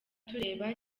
tureba